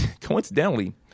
coincidentally